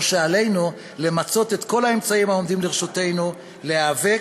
או שעלינו למצות את כל האמצעים העומדים לרשותנו להיאבק,